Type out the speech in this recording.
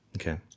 Okay